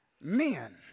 men